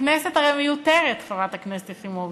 הכנסת הרי מיותרת, חברת הכנסת יחימוביץ,